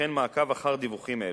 וכן מעקב אחר דיווחים אלה.